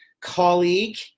colleague